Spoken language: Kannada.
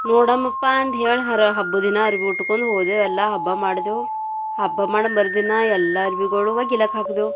ನೋಡೋಮಪ್ಪ ಅಂದೇಳಿ ಹರ ಹಬ್ಬದ ದಿನ ಅರ್ವಿ ಉಟ್ಕೊಂದು ಹೋದೆವು ಎಲ್ಲಾ ಹಬ್ಬ ಮಾಡಿದೆವು ಹಬ್ಬ ಮಾಡೋ ಮರುದಿನ ಎಲ್ಲ ಅರಿವಿಗಳು ಒಗಿಲಕ ಹಾಕಿದೆವು